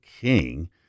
king